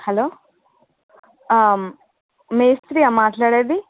hello మేస్త్రియా మాట్లాడేది